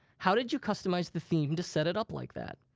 how did you customize the theme to set it up like that?